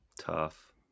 Tough